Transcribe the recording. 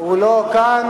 הוא לא כאן,